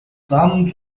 зам